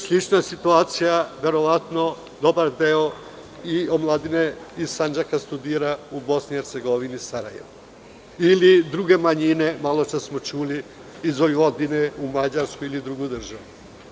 Slična je situacija verovatno, dobar deo omladine iz Sandžaka studira u BiH i Sarajevu, ili druge manjine, maločas smo čuli iz Vojvodine u Mađarsku ili drugu državu.